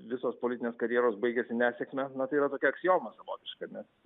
visos politinės karjeros baigiasi nesėkme na tai yra tokia aksioma savotiška nes